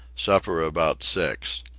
supper about six.